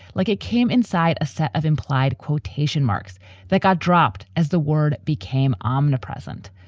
like it came inside a set of implied quotation marks that got dropped as the word became omnipresent,